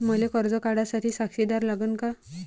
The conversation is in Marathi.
मले कर्ज काढा साठी साक्षीदार लागन का?